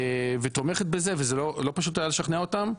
ותומכת בזה וזה לא פשוט היה לשכנע אותם,